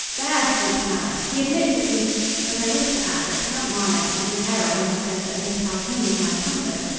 there! shrieked marlanx. he admits that he but i wish to add that count marlanx is in error when he says that miss calhoun was my accomplice.